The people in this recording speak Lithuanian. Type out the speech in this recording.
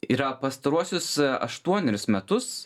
yra pastaruosius aštuonerius metus